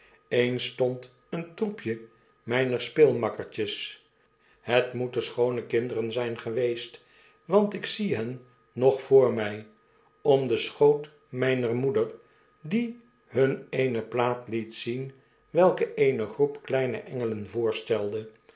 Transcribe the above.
eens stond een troepje mijner speelmakkertjes het moeten schoone kinderen zijn geweest want ik zie hen nog voor mij om den schoot mijner moeder fie hun eene plaat liet zien welke eene groep kleine engelen voorstelde